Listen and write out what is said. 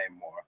more